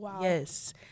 yes